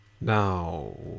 Now